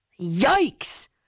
Yikes